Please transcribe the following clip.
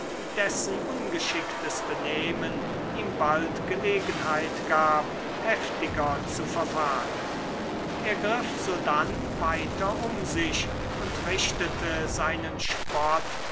dessen ungeschicktes benehmen ihm bald gelegenheit gab heftiger zu verfahren er griff sodann weiter um sich und richtete seinen spott